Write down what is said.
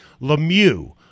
Lemieux